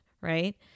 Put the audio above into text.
right